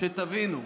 שתבינו: